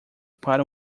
para